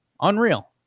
Unreal